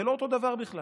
זה לא אותו דבר בכלל,